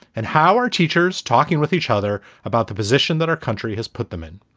and how are teachers talking with each other about the position that our country has put them in?